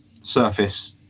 surface